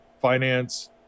finance